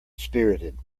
spirited